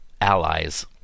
allies